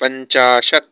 पञ्चाशत्